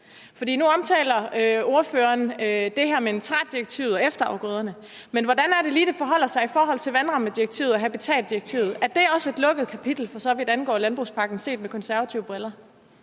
Nu omtaler ordføreren det her med nitratdirektivet og efterafgrøderne, men hvordan er det lige, det forholder sig med hensyn til vandrammedirektivet og habitatdirektivet? Er det også set med konservative briller